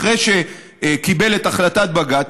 אחרי שקיבל את החלטת בג"ץ,